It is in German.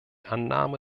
annahme